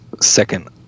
Second